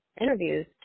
interviews